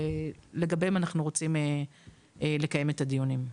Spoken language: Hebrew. ולגביהן אנחנו רוצים לקיים את הדיונים.